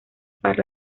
para